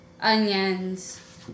onions